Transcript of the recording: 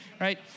right